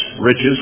riches